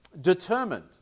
determined